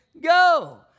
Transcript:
go